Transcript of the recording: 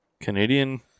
Canadian